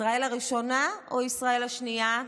ישראל הראשונה או ישראל השנייה?